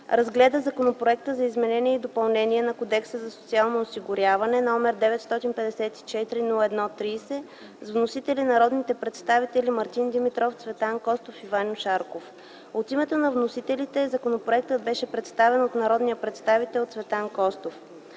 разгледа Законопроекта за изменение и допълнение на Кодекса за социално осигуряване, № 954-01-30, с вносители народните представители Мартин Димитров, Цветан Костов и Ваньо Шарков. От името на вносителите законопроектът беше представен от народния представител Цветан Костов.